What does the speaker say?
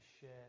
share